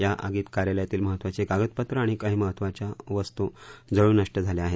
या आगीत कार्यालयातील महत्त्वाची कागदपत्रं आणि काही महत्त्वाच्या वस्तू जळून नष्ट झाल्या आहेत